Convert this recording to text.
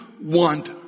want